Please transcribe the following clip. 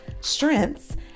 strengths